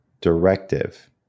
directive